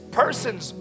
persons